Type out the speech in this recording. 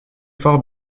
fort